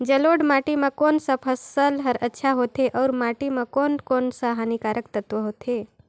जलोढ़ माटी मां कोन सा फसल ह अच्छा होथे अउर माटी म कोन कोन स हानिकारक तत्व होथे?